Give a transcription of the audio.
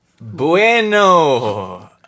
Bueno